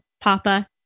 Papa